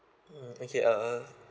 mm okay uh